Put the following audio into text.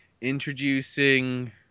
Introducing